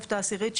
בתוספת העשירית,